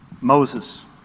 Moses